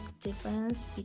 difference